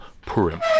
Purim